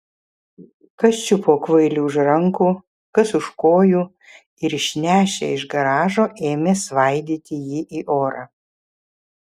kas čiupo kvailį už rankų kas už kojų ir išnešę iš garažo ėmė svaidyti jį į orą